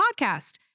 podcast